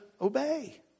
obey